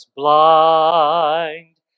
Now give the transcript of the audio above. blind